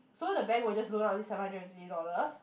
so the bank will just loan out this seven hundred and twenty dollars